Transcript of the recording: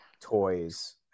toys